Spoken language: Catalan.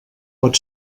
pot